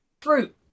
fruit